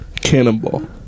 Cannonball